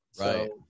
right